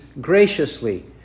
graciously